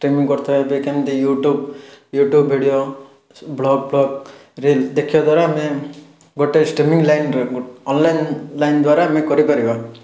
stemming କରୁଥିବା ଏବେ କେମତି ୟୁଟ୍ୟୁବ୍ ୟୁଟ୍ୟୁବ୍ ଭିଡ଼ିଓ ସେ ବ୍ଲଗ୍ଫ୍ଲଗ ରେ ଦେଖିବା ଦ୍ୱାରା ଆମେ ଗୋଟେ ଷ୍ଟେମିଙ୍ଗ୍ ଲାଇନ୍ରେ ଅନଲାଇନ୍ ଲାଇନ୍ ଦ୍ୱାରା ଆମେ କରିପାରିବା